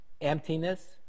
emptiness